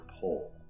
pull